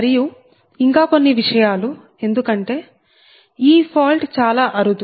మరియు ఇంకా కొన్ని విషయాలు ఎందుకంటే ఈ ఫాల్ట్ చాలా అరుదు